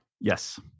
Yes